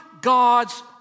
God's